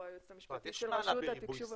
היועצת המשפטית של רשות התקשוב.